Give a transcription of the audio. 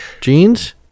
jeans